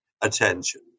attention